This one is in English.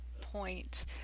point